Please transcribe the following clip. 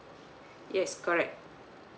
yes correct